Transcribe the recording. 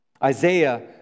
Isaiah